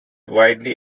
widely